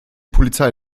polizei